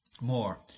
More